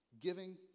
Giving